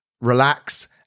relax